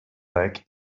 like